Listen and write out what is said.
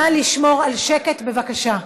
נא לשמור על שקט, בבקשה.